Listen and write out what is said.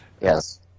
Yes